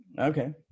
okay